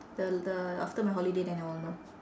the the after my holiday then I will know